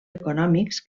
econòmics